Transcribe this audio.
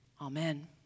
Amen